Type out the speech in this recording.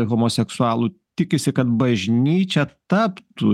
homoseksualų tikisi kad bažnyčia taptų